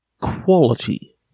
Quality